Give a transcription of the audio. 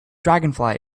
dragonfly